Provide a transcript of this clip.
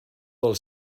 del